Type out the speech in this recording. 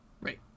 Right